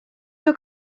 your